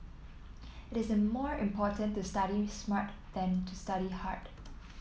it is more important to study smart than to study hard